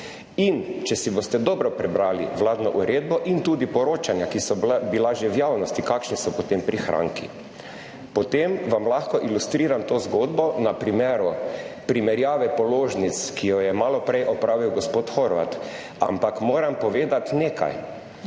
In če si boste dobro prebrali vladno uredbo in tudi poročanja, ki so bila že v javnosti, kakšni so potem prihranki, potem vam lahko ilustriram to zgodbo na primeru primerjave položnic, ki jo je malo prej opravil gospod Horvat. Ampak moram povedati nekaj,